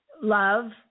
Love